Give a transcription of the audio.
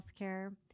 healthcare